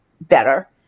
better